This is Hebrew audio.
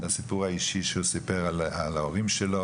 בסיפור האישי שהוא סיפר על ההורים שלו